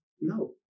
No